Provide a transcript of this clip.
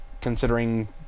considering